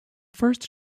first